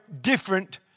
different